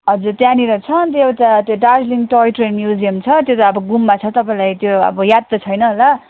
हजुर त्यहाँनिर छ अन्त एउटा त्यो दार्जिलिङ टोय ट्रेन म्युजियम छ त्यो त अब घुममा छ तपाईँलाई त्यो अब याद त छैन होला